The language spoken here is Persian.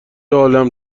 عالمه